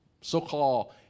so-called